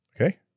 okay